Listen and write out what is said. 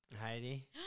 Heidi